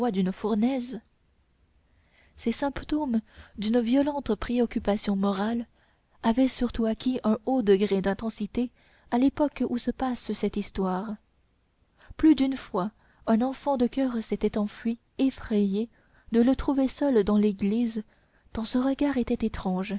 d'une fournaise ces symptômes d'une violente préoccupation morale avaient surtout acquis un haut degré d'intensité à l'époque où se passe cette histoire plus d'une fois un enfant de choeur s'était enfui effrayé de le trouver seul dans l'église tant son regard était étrange